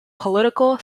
political